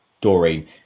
Doreen